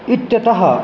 इत्यतः